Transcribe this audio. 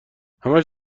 همش